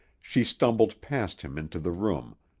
she stumbled past him into the room,